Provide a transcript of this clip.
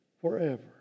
forever